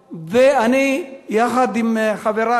אני חייתי את המצוקה, ואני, יחד עם חברי,